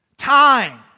Time